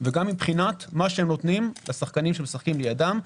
וגם מבחינת מה שהם נותנים לשחקנים שמשחקים לידם,